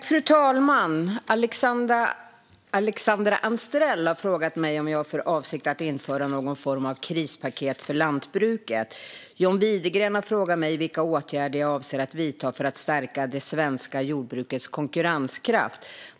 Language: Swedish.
Fru talman! har frågat mig om jag har för avsikt att införa någon form av krispaket för lantbruket. John Widegren har frågat mig vilka åtgärder jag avser att vidta för att stärka det svenska jordbrukets konkurrenskraft.